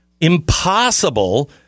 impossible